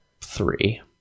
three